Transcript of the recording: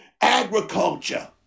agriculture